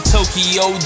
Tokyo